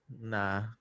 nah